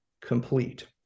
complete